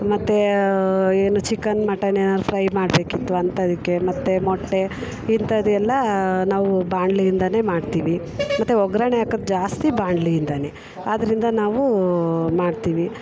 ಮತ್ತೆ ಏನು chicken mutton ಏನಾದರು ಫ್ರೈ ಮಾಡಬೇಕಿತ್ತು ಅಂಥದಕ್ಕೆ ಮತ್ತೆ ಮೊಟ್ಟೆ ಇಂಥದೆಲ್ಲ ನಾವು ಬಾಣ್ಲಿಯಿಂದಾನೇ ಮಾಡ್ತೀವಿ ಮತ್ತೆ ಒಗ್ಗರಣೆ ಹಾಕದು ಜಾಸ್ತಿ ಬಾಣ್ಲಿಯಿಂದಾನೆ ಆದ್ದರಿಂದ ನಾವು ಮಾಡ್ತೀವಿ